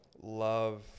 love